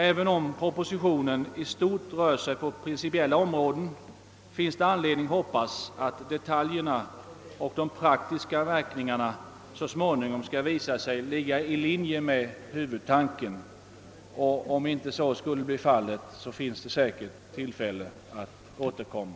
även om propositionen i stort rör sig på principiella områden finns det anledning hoppas att detaljerna och de praktiska verkningarna så småningom skall visa sig ligga i linje med huvudtanken; i annat fall blir det säkert tillfälle att återkomma.